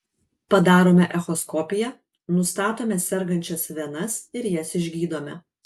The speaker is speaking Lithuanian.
padarome echoskopiją nustatome sergančias venas ir jas išgydome